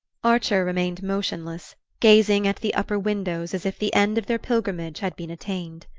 archer remained motionless, gazing at the upper windows as if the end of their pilgrimage had been attained.